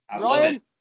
Ryan